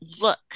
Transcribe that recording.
look